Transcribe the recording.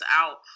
out